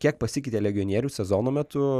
kiek pasikeitė legionierių sezono metu